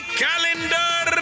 calendar